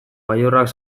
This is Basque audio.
gailurrak